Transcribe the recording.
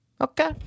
Okay